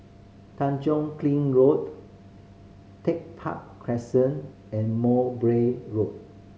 Tanjong Kling Road Tech Park Crescent and Mowbray Road